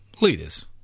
leaders